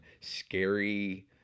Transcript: scary